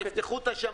תפתחו את השמים.